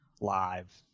live